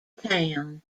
town